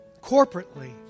corporately